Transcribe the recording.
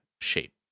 shape